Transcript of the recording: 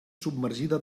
submergida